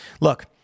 Look